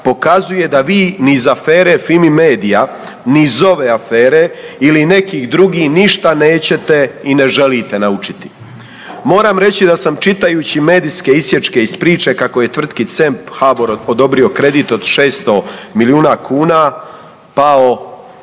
pokazuje da vi ni iz afere FIMI MEDIJA, ni iz ove afere ili nekih drugih ništa nećete i ne želite naučiti. Moram reći da sam čitajući medijske isječke iz priče kako je tvrtki C.E.M.P. HABOR odobrio kredit od 600 milijuna kuna pao